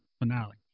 finale